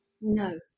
No